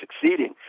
succeeding